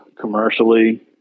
commercially